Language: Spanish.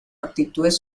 actitudes